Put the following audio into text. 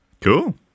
Cool